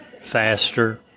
faster